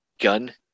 gun